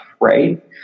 right